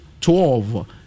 twelve